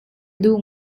duh